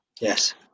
Yes